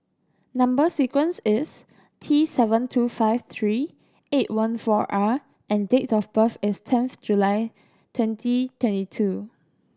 number sequence is T seven two five three eight one four R and date of birth is tenth July twenty twenty two